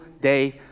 day